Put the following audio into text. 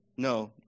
No